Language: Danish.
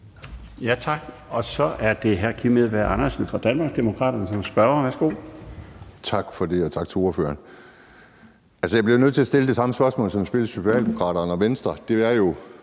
Tak for det, og tak til ordføreren. Jeg bliver nødt til at stille det samme spørgsmål, som jeg stillede Socialdemokraterne og Venstre.